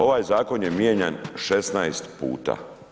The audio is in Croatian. Ovaj zakon je mijenjan 16 puta.